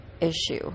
issue